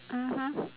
mmhmm